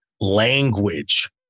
language